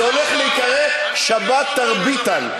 זה הולך להיקרא "שבת תרביטן".